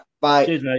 bye